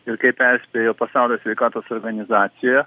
ir kaip perspėjo pasaulio sveikatos organizacija